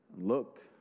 look